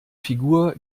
figur